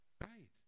Right